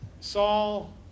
Saul